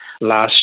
last